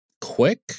Quick